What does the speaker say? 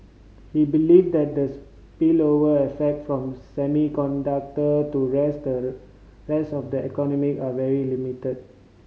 he believes that the spillover effect from semiconductor to rest rest of the economy are very limited